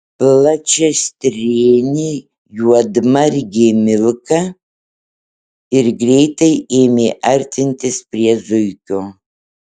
plačiastrėnė juodmargė milka ir greitai ėmė artintis prie zuikio